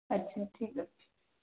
ଆଚ୍ଛା ଠିକ୍ ଅଛି